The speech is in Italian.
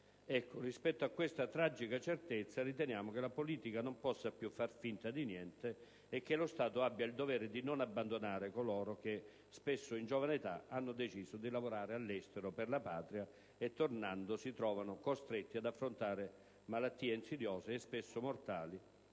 Rispetto a questa tragica certezza, riteniamo che la politica non possa più far finta di niente e che lo Stato abbia il dovere di non abbandonare coloro che, spesso in giovane età, hanno deciso di lavorare all'estero per la Patria e, tornando, si trovano costretti ad affrontare malattie insidiose e spesso mortali,